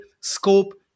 scope